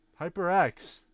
HyperX